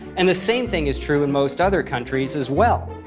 and the same thing is true in most other countries as well.